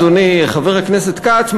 אדוני חבר הכנסת כץ,